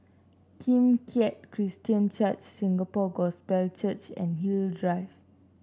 Kim Keat Christian Church Singapore Gospel Church and You Drive